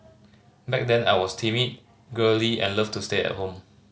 back then I was timid girly and loved to stay at home